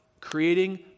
creating